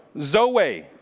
Zoe